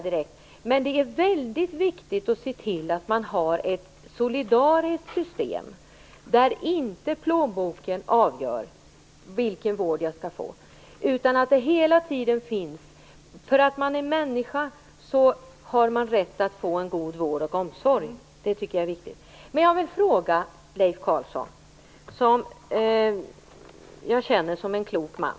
Det är väldigt viktigt att se till att man har ett solidariskt system där inte plånboken avgör vilken vård man skall få, utan man skall alltid veta att man därför att man är människa har rätt att få en god vård och omsorg. Detta tycker jag är viktigt. Jag vill ställa ett par frågor till Leif Carlson, som jag känner som en klok man.